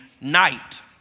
night